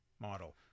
model